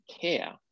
care